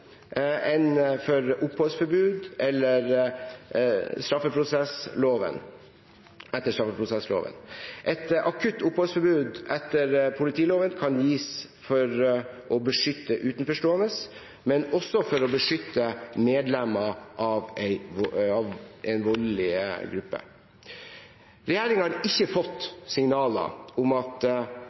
enn for oppholdsforbud etter straffeprosessloven. Et akutt oppholdsforbud etter politiloven kan gis for å beskytte utenforstående, men også for å beskytte medlemmer av en voldelig gruppe. Regjeringen har ikke fått signaler om at